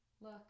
Look